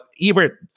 ebert